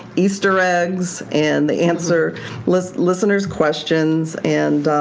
easter eggs, and they answer listeners listeners questions. and